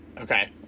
Okay